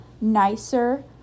nicer